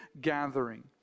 gathering